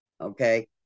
Okay